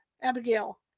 Abigail